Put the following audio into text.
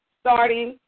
starting